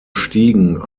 stiegen